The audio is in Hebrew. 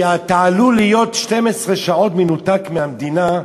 כי אתה עלול להיות 12 שעות מנותק מהמדינה,